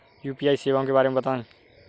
UPI सेवाओं के बारे में बताएँ?